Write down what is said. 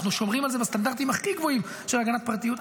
אנחנו שומרים על זה בסטנדרטים הכי גבוהים של הגנת פרטיות,